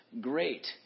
Great